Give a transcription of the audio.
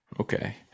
Okay